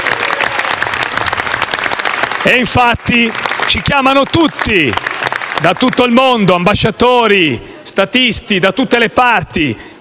E infatti ci chiamano tutti, da tutto il mondo: ambasciatori, statisti, da tutte le parti.